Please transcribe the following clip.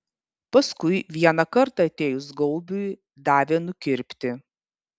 paskui vieną kartą atėjus gaubiui davė nukirpti